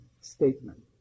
statement